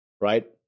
right